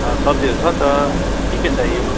सब्जीहरू छ त के के चाहियो